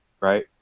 right